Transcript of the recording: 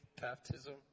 baptism